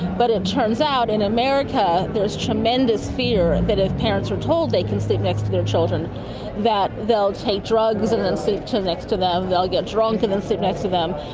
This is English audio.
but it turns out in america there is tremendous fear that if parents are told they can sleep next to their children that they'll take drugs and then sleep next to them, they'll get drunk and then sleep next to them,